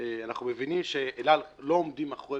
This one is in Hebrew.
שאנחנו מבינים שאל על לא עומדים מאחורי